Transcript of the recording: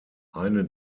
eine